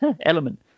Element